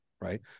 right